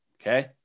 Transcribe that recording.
Okay